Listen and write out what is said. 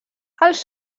els